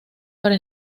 para